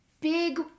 big